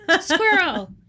Squirrel